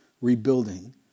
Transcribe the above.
rebuilding